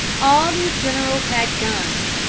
all these generals had guns,